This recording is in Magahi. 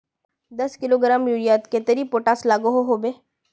दस किलोग्राम यूरियात कतेरी पोटास लागोहो होबे?